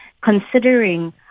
considering